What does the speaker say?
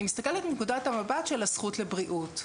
אני מסתכלת מנקודת המבט של הזכות לבריאות.